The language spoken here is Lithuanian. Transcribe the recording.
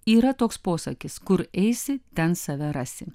yra toks posakis kur eisi ten save rasi